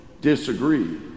disagree